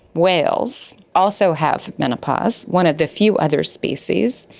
whales, also have menopause, one of the few other species,